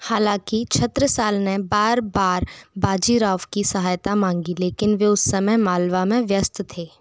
हालांकि छत्रसाल ने बार बार बाजीराव की सहायता माँगी लेकिन वे उस समय मालवा में व्यस्त थे